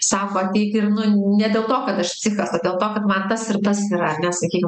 sako ateik ir nu ne dėl to kad aš psichas o dėl to kad man tas ir tas yra ar ne sakykim